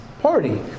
party